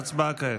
הצבעה כעת.